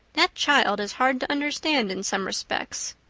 that child is hard to understand in some respects.